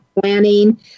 planning